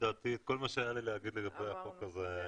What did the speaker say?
לדעתי כל מה שהיה לי לומר לגבי החוק הזה,